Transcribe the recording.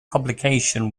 publication